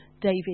David